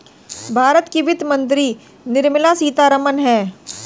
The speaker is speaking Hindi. भारत की वित्त मंत्री निर्मला सीतारमण है